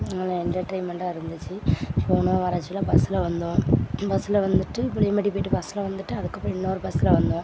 நல்லா என்டர்டைமெண்ட்டாக இருந்துச்சு போனோம் வரச்சொல பஸ்ஸில் வந்தோம் பஸ்ஸில் வந்துட்டு புளியம்பட்டிக்கு போய்ட்டு பஸ்ஸில் வந்துட்டு அதுக்கப்புறம் இன்னொரு பஸ்ஸில் வந்தோம்